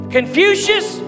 Confucius